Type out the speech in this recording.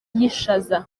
y’ishaza